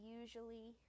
usually